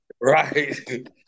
Right